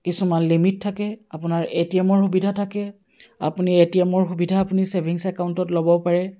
কিছুমান লিমিট থাকে আপোনাৰ এটিএমৰ সুবিধা থাকে আপুনি এটিএমৰ সুবিধা আপুনি ছেভিংছ একাউণ্টত ল'ব পাৰে